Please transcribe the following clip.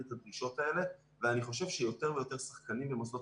את הדרישות האלה ואני חושב שיותר ויותר שחקנים במוסדות